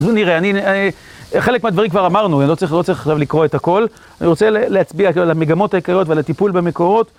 זה נראה, אני, חלק מהדברים כבר אמרנו, אני לא צריך עכשיו לקרוא את הכל, אני רוצה להצביע על המגמות העקריות ועל הטיפול במקורות.